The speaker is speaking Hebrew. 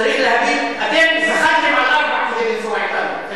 צריך להבין, אתם זחלתם על ארבע כדי לנסוע אתנו.